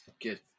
good